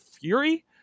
Fury